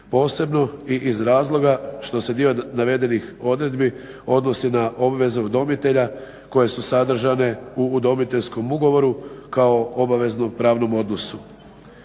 posebno i iz razloga što se dio navedenih odredbi odnosi na obveze udomitelja koje su sadržane u udomiteljskom ugovoru kao obaveznom pravnom odnosu.